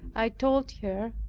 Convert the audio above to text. i told her,